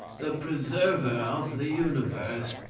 the preserver of the universe,